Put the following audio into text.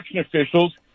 officials